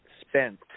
spent